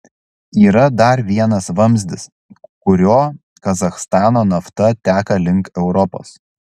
yra dar vienas vamzdis kuriuo kazachstano nafta teka link europos